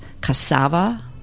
cassava